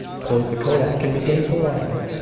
close the kodak and begin to wind.